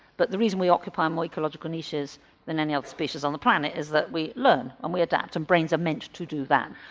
but the reason we occupy more ecological niches than any other species on the planet is that we learn and we adapt and brains are meant to do that.